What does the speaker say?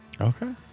Okay